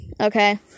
Okay